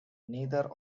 neither